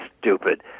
stupid